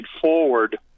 forward